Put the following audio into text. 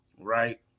right